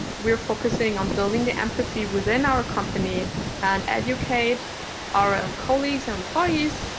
and we're focusing on building the empathy within our company and educate our um colleagues and employees,